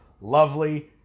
lovely